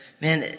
man